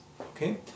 okay